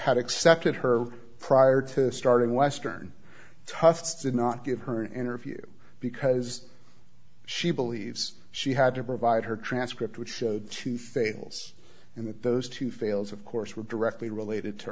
had accepted her prior to starting western tufts did not give her an interview because she believes she had to provide her transcript which showed she fails in that those two fails of course were directly related to